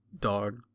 dog